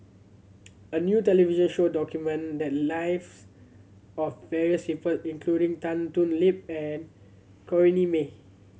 a new television show document the lives of various people including Tan Thoon Lip and Corrinne May